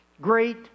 great